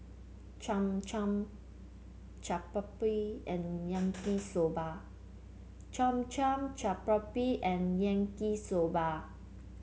Cham Cham Chaat Papri and Yaki Soba Cham Cham Chaat Papri and Yaki soda